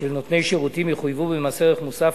של נותני שירותים יחויבו במס ערך מוסף